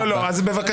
בבקשה.